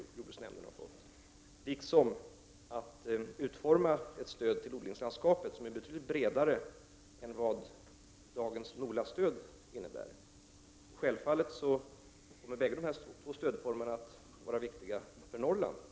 Jordbruksnämnden har dessutom fått i uppdrag att utforma ett stöd till odlingslandskapet som är betydligt bredare än vad dagens Nola-stöd innebär. Självfallet kommer båda dessa stödformer att vara viktiga för Norrland.